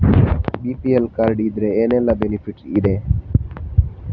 BPL card ಇದ್ರೆ ಏನೆಲ್ಲ benefit ಇದೆ?